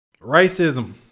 Racism